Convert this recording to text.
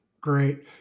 Great